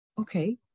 Okay